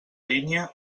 línia